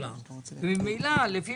עפולה לפי